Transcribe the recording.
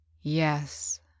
Yes